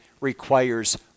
requires